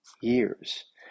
years